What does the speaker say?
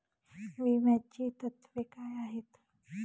विम्याची तत्वे काय आहेत?